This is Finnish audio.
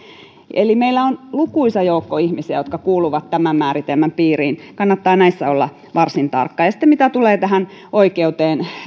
eli meillä on lukuisa joukko ihmisiä jotka kuuluvat tämän määritelmän piiriin kannattaa näissä olla varsin tarkka ja mitä tulee oikeuteen